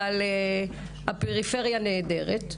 אבל הפריפריה נהדרת,